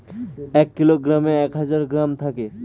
এক কিলোগ্রামে এক হাজার গ্রাম থাকে